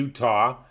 Utah